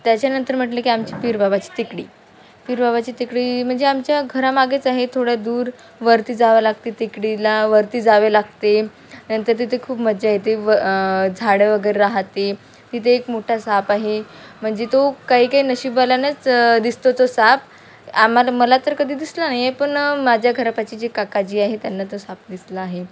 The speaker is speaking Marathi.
त्याच्यानंतर म्हटलं की आमची पिरबाबाची तिकडी पिरबाबाची तिकडी म्हणजे आमच्या घरामागेच आहे थोड्या दूर वरती जावं लागते तिकडीला वरती जावे लागते नंतर तिथे खूप मज्जा येते व झाडं वगैरे राहते तिथे एक मोठा साप आहे म्हणजे तो काही काही नशिबवाल्यांनाच दिसतो तो साप आम्हाला मला तर कधी दिसला नाही आहे पण माझ्या घरापाशी जी काकाजी आहे त्यांना तो साप दिसला आहे